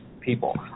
people